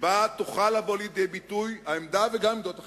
שבה תוכל לבוא לידי ביטוי העמדה הזאת וגם עמדות אחרות,